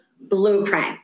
blueprint